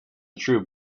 true